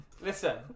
Listen